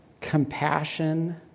compassion